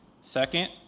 Second